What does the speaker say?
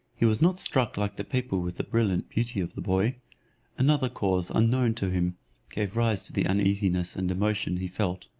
he was not struck like the people with the brilliant beauty of the boy another cause unknown to him gave rise to the uneasiness and emotion he felt.